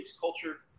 culture